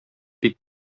бик